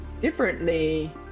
differently